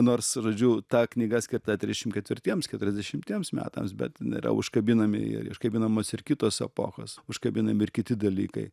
nors žodžiu ta knyga skirta trisdešim ketvirtiems keturiasdešimtiems metams bet yra užkabinami ir iškabinamos ir kitos epochos užkabinami ir kiti dalykai